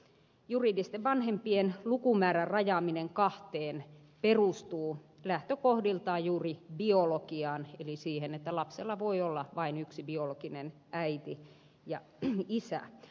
juridisten vanhempien lukumäärän rajaaminen kahteen perustuu lähtökohdiltaan juuri biologiaan eli siihen että lapsella voi olla vain yksi biologinen äiti ja isä